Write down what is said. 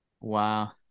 wow